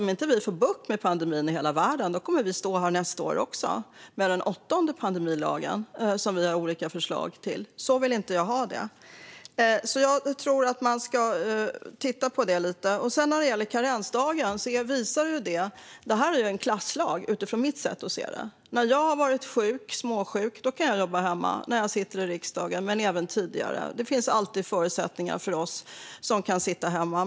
Om vi inte får bukt med pandemin i hela världen kommer vi att stå här nästa år också, med olika förslag till den åttonde pandemilagen. Så vill inte jag ha det. Jag tror alltså att man ska titta lite på detta. När det sedan gäller karensdagen rör det sig om en klasslag, utifrån mitt sätt att se det. När jag har varit småsjuk har jag kunnat jobba hemma, som riksdagsledamot men även tidigare. Det finns alltid förutsättningar för oss som kan sitta hemma.